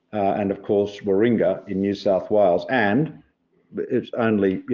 and of course, warringa in new south wales. and but it's only, you